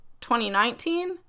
2019